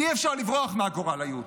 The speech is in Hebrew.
אי-אפשר לברוח מהגורל היהודי.